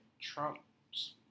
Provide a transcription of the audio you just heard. Trump's